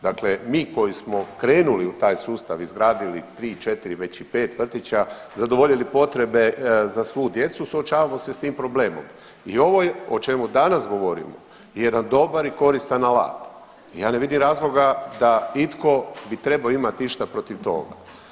Dakle, mi koji smo krenuli u taj sustav izgradili tri, četiri već i pet vrtića zadovoljili potrebe za svu djecu suočavamo se s tim problemom i ovo o čemu danas govorimo jedan dobar i koristan alat i ja ne vidim razloga da itko bi trebao imati išta protiv toga.